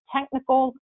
technical